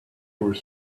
were